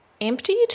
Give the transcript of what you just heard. emptied